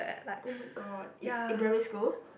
!oh-my-god! in in primary school